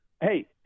Hey